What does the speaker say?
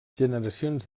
generacions